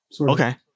Okay